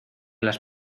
las